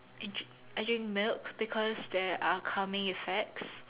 I drink I drink milk because there are calming effects